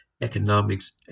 economics